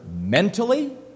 mentally